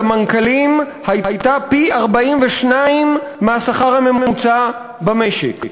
המנכ"לים הייתה פי-42 מהשכר הממוצע במשק,